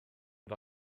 but